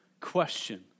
question